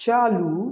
चालू